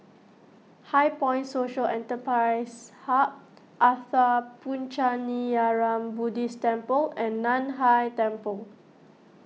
HighPoint Social Enterprise Hub Sattha Puchaniyaram Buddhist Temple and Nan Hai Temple